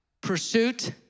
Pursuit